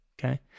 Okay